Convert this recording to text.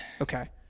Okay